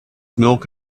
milk